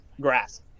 grass